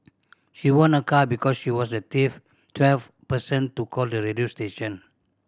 she won a car because she was the twelfth person to call the radio station